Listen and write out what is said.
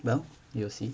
well you see